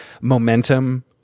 momentum